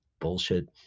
Bullshit